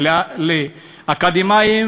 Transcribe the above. לאקדמאים